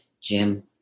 Jim